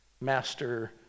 master